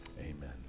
Amen